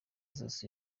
zoze